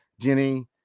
Jenny